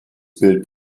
bild